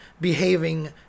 behaving